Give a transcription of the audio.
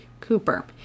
Cooper